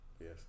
Yes